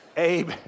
Abe